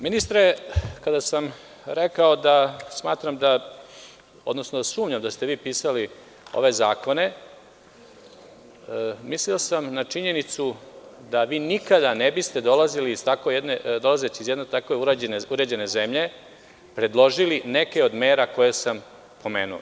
Ministre, kada sam rekao da smatram, odnosno da sumnjam da ste vi pisali ove zakone, mislio sam na činjenicu da vi nikada ne biste, dolazeći iz tako jedne uređene zemlje, predložili neke od mere koje sam pomenuo.